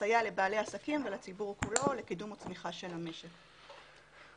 תסייע לבעלי העסקים ולציבור כולו לקידום הצמיחה של המשק יופי.